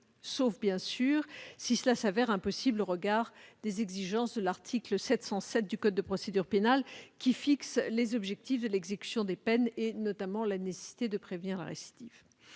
sauf bien sûr si cela se révèle impossible au regard des exigences de l'article 707 du code de procédure pénale, qui fixe les objectifs de l'exécution des peines, notamment la nécessité de prévenir la récidive.